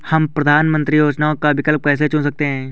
हम प्रधानमंत्री योजनाओं का विकल्प कैसे चुन सकते हैं?